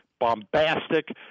bombastic